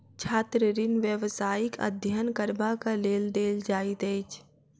छात्र ऋण व्यवसायिक अध्ययन करबाक लेल देल जाइत अछि